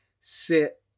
sit